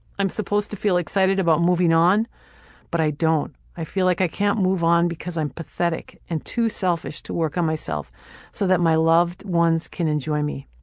i'm supposed to feel excited about moving on but i don't. i feel like i can't move on because i'm pathetic and too selfish to work on myself so that my loved ones can enjoy me.